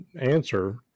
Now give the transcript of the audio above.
answer